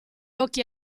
occhi